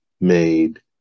made